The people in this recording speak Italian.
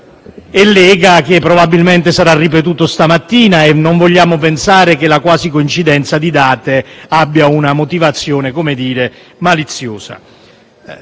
e Lega, che probabilmente sarà ripetuto stamattina, e non vogliamo pensare che la quasi coincidenza di date abbia una motivazione maliziosa.